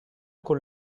con